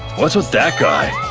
what's with that guy?